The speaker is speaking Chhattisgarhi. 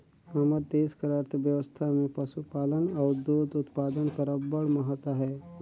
हमर देस कर अर्थबेवस्था में पसुपालन अउ दूद उत्पादन कर अब्बड़ महत अहे